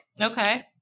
okay